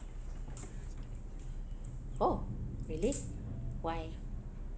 oh really why